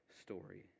story